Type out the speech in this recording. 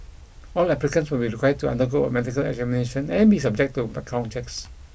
all applicants will be required to undergo a medical examination and be subject to background checks